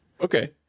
Okay